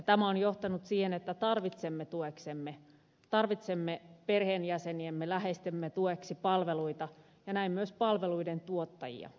tämä on johtanut siihen että tarvitsemme perheenjäseniemme läheistemme tueksi palveluita ja näin myös palveluiden tuottajia